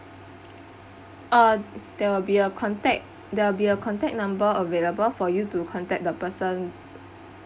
uh there will be a contact there will be a contact number available for you to contact the person